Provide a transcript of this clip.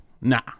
Nah